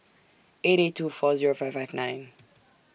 eight eight two four Zero five five nine